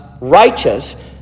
righteous